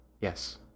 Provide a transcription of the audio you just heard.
Yes